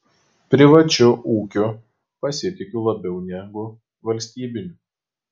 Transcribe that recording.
privačiu ūkiu pasitikiu labiau negu valstybiniu